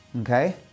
okay